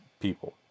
people